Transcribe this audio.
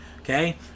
okay